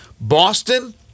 Boston